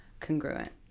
congruent